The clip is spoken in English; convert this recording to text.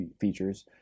features